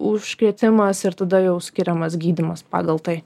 užkrėtimas ir tada jau skiriamas gydymas pagal tai